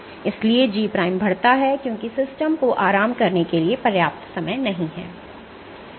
इसलिए G बढ़ता है क्योंकि सिस्टम को आराम करने के लिए पर्याप्त समय नहीं है